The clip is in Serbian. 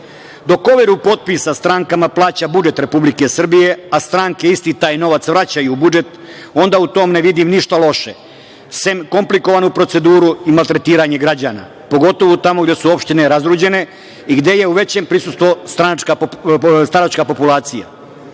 overu potpisa strankama plaća budžet Republike Srbije, a stranke isti taj novac vraćaju u budžet onda u tome ne vidim ništa loše, sem komplikovanu proceduru i maltretiranje građana pogotovo tamo gde su opštine razuđene i gde je u većem prisustvu stranačka populacija. Zatim,